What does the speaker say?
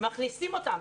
מכניסים אותם.